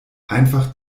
einfach